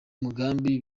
mugambi